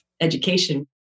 education